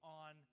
on